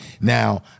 Now